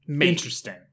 Interesting